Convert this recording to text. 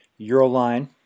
Euroline